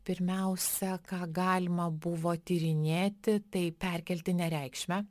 pirmiausia ką galima buvo tyrinėti tai perkeltinę reikšmę